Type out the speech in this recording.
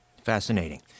fascinating